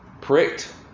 Pricked